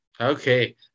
Okay